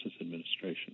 Administration